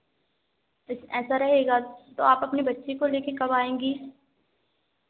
इस ऐसा रहेगा तो आप अपनी बच्ची को लेके कब आऍंगी